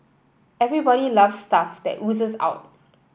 everybody love stuff that oozes out